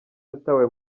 yatawe